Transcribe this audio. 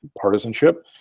partisanship